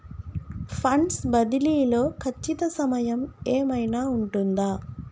Funds బదిలీ లో ఖచ్చిత సమయం ఏమైనా ఉంటుందా?